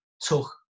took